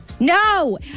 No